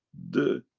the,